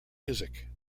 music